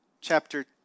Chapter